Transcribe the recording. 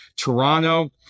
Toronto